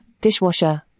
dishwasher